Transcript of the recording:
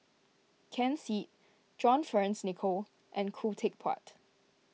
Ken Seet John Fearns Nicoll and Khoo Teck Puat